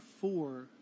four